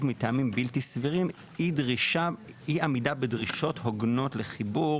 מטעמים בלתי-סבירים אי-עמידה בדרישות הוגנות לחיבור".